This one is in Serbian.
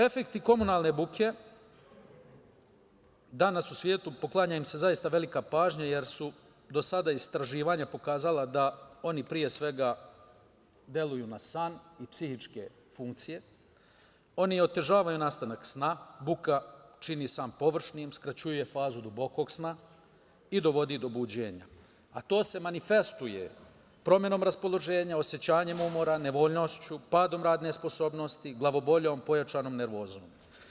Efekti komunalne buke, danas u svetu poklanja im se zaista velika pažnja, jer su do sada istraživanja pokazala da oni pre svega deluju na san i psihičke funkcije, oni otežavaju nastanak sna, buka čini san površnim, skraćuje fazu dubokog sna i dovodi do buđenja, a to se manifestuje promenom raspoloženja, osećanjima umora, nevoljnošću, padom radne sposobnosti, glavoboljom, pojačanom nervozom.